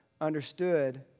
understood